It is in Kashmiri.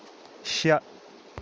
شیٚے